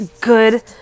good